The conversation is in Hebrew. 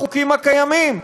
בחוקים הקיימים.